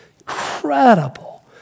incredible